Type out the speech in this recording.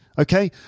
okay